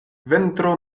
ventro